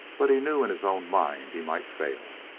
but he knew in his own mind he might fail.